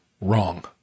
wrong